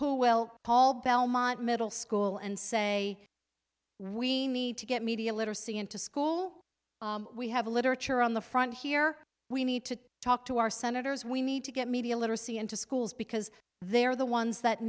tonight well paul belmont middle school and say we need to get media literacy into school we have a literature on the front here we need to talk to our senators we need to get media literacy into schools because they're the ones that